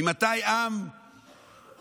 ממתי עם חולם?